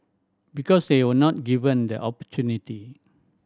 because they were not given the opportunity